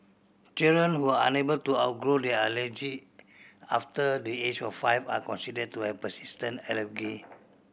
children who are unable to outgrow their allergy after the age of five are considered to have persistent allergy